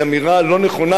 היא אמירה לא נכונה,